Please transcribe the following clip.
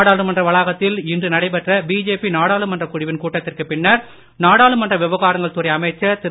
நாடாளுமன்ற வளாகத்தில் இன்று நடைபெற்ற பிஜேபி நாடாளுமன்றக் குழுவின் கூட்டத்திற்கு பின்னர் நாடாளுமன்ற விவகாரங்கள் துறை அமைச்சர் திரு